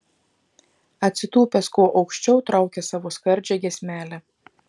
atsitūpęs kuo aukščiau traukia savo skardžią giesmelę